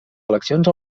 eleccions